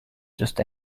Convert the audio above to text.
just